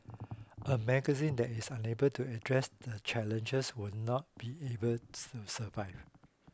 a magazine that is unable to address the challenges will not be able to survive